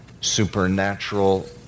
supernatural